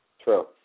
True